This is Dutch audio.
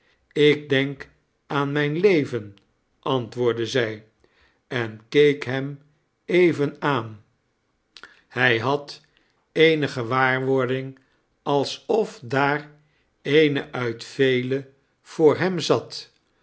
ik denk aan mijn leven antwoordde zij en keek hem even aan hij had eene gewaarwording alsof daar eene uit velen voor hem zat